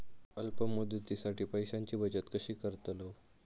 अल्प मुदतीसाठी पैशांची बचत कशी करतलव?